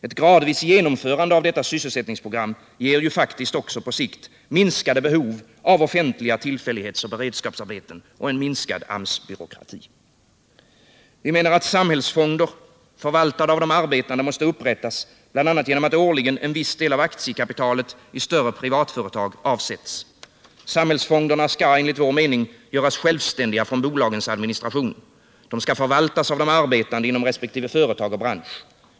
Ett gradvis genomförande av sysselsättningsprogrammet ger på sikt också minskade behov av offentliga tillfällighetsoch beredskapsarbeten och en minskad AMS-byråkrati. Samhällsfonder förvaltade av de arbetande måste upprättas bl.a. genom att årligen en viss del av aktiekapitalet i större privatföretag avsätts. Samhällsfonderna skall enligt vår mening göras självständiga från bolagens administration. De skall förvaltas av de arbetande inom respektive företag och bransch.